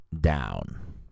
Down